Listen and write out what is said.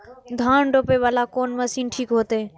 धान रोपे वाला कोन मशीन ठीक होते?